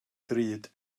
ddrud